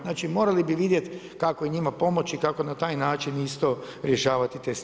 Znači morali bi vidjeti kako njima pomoći, kako na taj način isto rješavati te stvari.